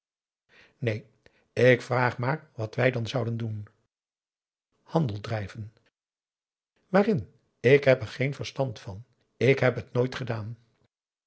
neen ik vraag maar wat wij dan zouden doen handel drijven waarin ik heb er geen verstand van ik heb het nooit gedaan